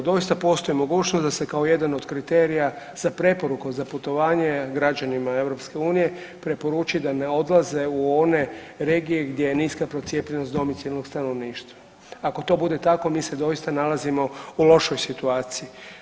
Doista, postoji mogućnost da se kao jedan od kriterija za preporuke za putovanje građanima EU preporuči da ne odlaze u one regije gdje je niska procijepljenost domicilnog stanovništva, ako to bude tako mi se doista nalazimo u lošoj situaciji.